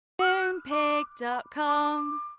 Moonpig.com